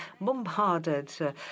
bombarded